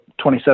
27